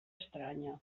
estranya